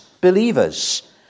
believers